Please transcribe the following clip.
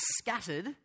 scattered